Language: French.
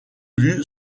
vue